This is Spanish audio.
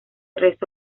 rezo